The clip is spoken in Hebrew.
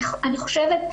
אני חושבת,